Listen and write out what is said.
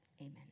amen